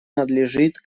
надлежит